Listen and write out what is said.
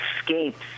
escapes